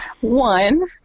One